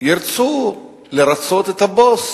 ירצו לרצות את הבוס,